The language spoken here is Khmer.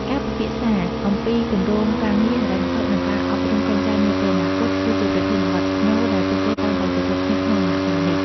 ការពិភាក្សាអំពីគម្រោងការងារ ហិរញ្ញវត្ថុ និងការអប់រំកូនចៅនាពេលអនាគត គឺជាប្រធានបទស្នូលដែលពួកគេតែងតែជជែកគ្នាក្នុងដំណាក់កាលនេះ។